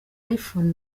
iphone